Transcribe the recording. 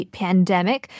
pandemic